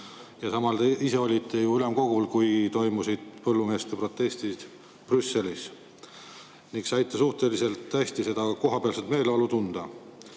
Euroopa. Te ise olite ju ülemkogul, kui toimusid põllumeeste protestid Brüsselis. Te saite suhteliselt hästi seda kohapealset meeleolu tunda.